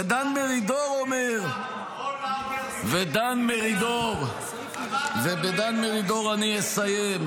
ודן מרידור אומר --- בשנת 1999 רון לאודר תיווך בין ביבי לאסד.